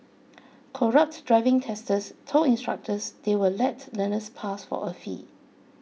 corrupt driving testers told instructors they would let learners pass for a fee